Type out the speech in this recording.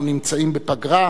אנחנו נמצאים בפגרה,